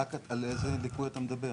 על איזה ליקוי אתה מדבר?